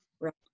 Right